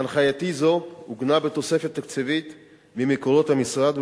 הנחייתי זו עוגנה בתוספת תקציבית ממקורות המשרד,